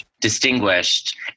distinguished